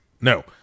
No